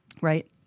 Right